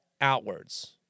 outwards